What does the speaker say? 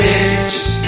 ditched